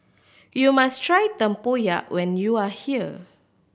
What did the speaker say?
you must try tempoyak when you are here